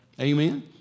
Amen